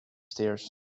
stairs